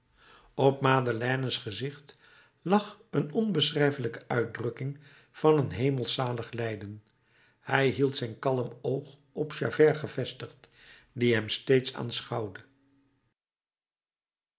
op madeleine's gezicht lag een onbeschrijfelijke uitdrukking van een hemelsch zalig lijden hij hield zijn kalm oog op javert gevestigd die hem steeds